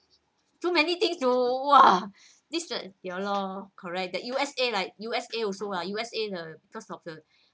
too many things to !wah! this uh ya lor correct the U_S_A like U_S_A also lah U_S_A the because of the